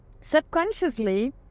subconsciously